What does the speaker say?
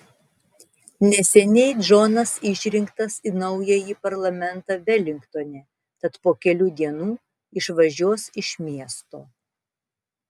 neseniai džonas išrinktas į naująjį parlamentą velingtone tad po kelių dienų išvažiuos iš miesto